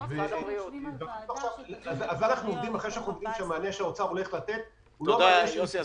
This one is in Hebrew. על זה אנחנו עובדים --- תודה, יוסי.